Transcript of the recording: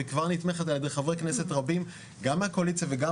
היא כבר נתמכת על ידי חברי כנסת רבים גם מהקואליציה וגם